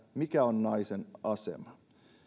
mikä on naisen asema